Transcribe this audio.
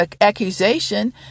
accusation